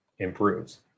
improves